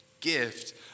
gift